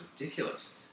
ridiculous